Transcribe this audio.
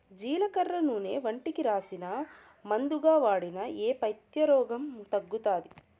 జీలకర్ర నూనె ఒంటికి రాసినా, మందుగా వాడినా నా పైత్య రోగం తగ్గుతాది